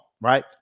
right